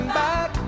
back